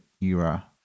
Era